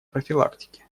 профилактики